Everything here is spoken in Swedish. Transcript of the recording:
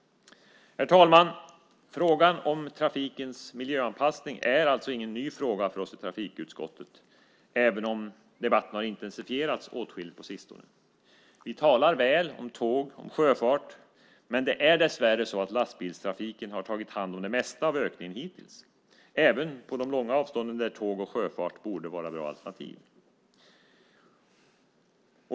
Herr talman! Frågan om trafikens miljöanpassning är alltså ingen ny fråga för oss i trafikutskottet, även om debatten har intensifierats åtskilligt på sistone. Vi talar väl om tåg och sjöfart, men det är dessvärre så att lastbilstrafiken har tagit hand om det mesta av ökningen hittills, även på de långa avstånden där tåg och sjöfart borde vara bra alternativ.